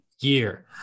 year